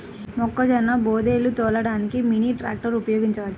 మొక్కజొన్న బోదెలు తోలడానికి మినీ ట్రాక్టర్ ఉపయోగించవచ్చా?